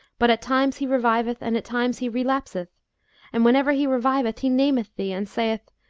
but at times he reviveth and at times he relapseth and whenever he reviveth he nameth thee, and saith,